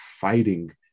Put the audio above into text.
fighting